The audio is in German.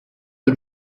dem